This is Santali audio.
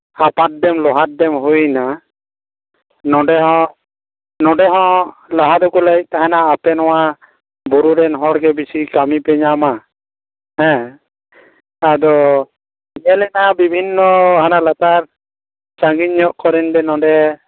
ᱟᱯᱟᱨ ᱰᱮᱢ ᱞᱳᱣᱟᱨ ᱰᱮᱢ ᱦᱩᱭᱮᱱᱟ ᱱᱚᱰᱮ ᱦᱚᱸ ᱱᱚᱰᱮ ᱦᱚᱸ ᱞᱟᱦᱟ ᱫᱚᱠᱚ ᱞᱟᱹᱭᱮᱫ ᱛᱟᱦᱮᱸᱱᱟ ᱟᱯᱮ ᱱᱚᱣᱟ ᱵᱩᱨᱩ ᱨᱮᱱ ᱦᱚᱲᱜᱮ ᱵᱤᱥᱤ ᱠᱟᱹᱢᱤ ᱯᱮ ᱧᱟᱢᱟ ᱦᱮᱸ ᱟᱫᱚ ᱧᱮᱞᱮᱠᱟ ᱵᱤᱵᱷᱤᱱᱱᱚ ᱦᱟᱱᱮ ᱞᱟᱛᱟᱨ ᱥᱟᱺᱜᱤᱧ ᱧᱚᱜ ᱠᱚᱨᱮᱱ ᱜᱮ ᱱᱚᱰᱮ